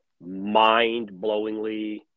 mind-blowingly